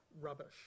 rubbish